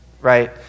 right